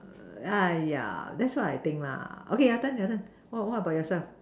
ah yeah that's why I think la okay that's it that's it what about yourself